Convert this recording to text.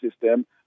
system